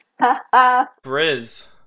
Briz